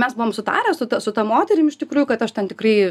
mes buvom sutarę su ta su ta moterim iš tikrųjų kad aš ten tikrai